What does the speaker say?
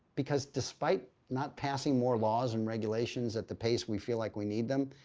because despite not passing more laws and regulations at the pace we feel like we need them,